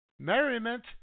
merriment